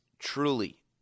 Truly